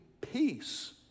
peace